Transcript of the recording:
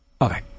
okay